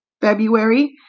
February